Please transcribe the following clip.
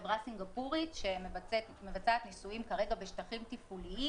חברה סינגפורית שמבצעת ניסויים בשטחים תפעוליים